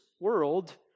world